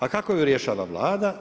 A kako ju rješava Vlada?